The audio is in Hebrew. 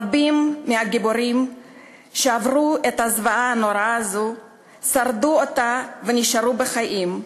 רבים מהגיבורים שעברו את הזוועה הנוראה הזאת שרדו ונשארו בחיים.